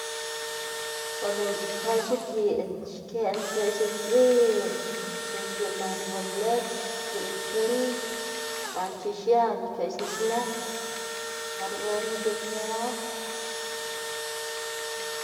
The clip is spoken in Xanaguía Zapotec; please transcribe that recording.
o lëꞌná c̲h̲uxkwaꞌ x̱ubgiꞌn xkeꞌná pchoꞌx lo dzil xgu giꞌn arbolit, giꞌn tind gana pchoꞌx x̱ab y pchoꞌx nisnë par wen ic̲h̲ikëwu.